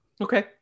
okay